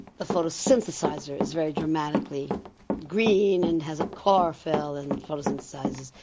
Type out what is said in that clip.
the photosynthesiser is very dramatically green and has chlorophyll and photosynthesises,